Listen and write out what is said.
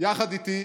ואני,